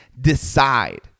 decide